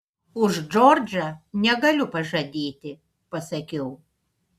už džordžą negaliu pažadėti pasakiau